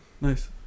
nice